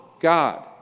God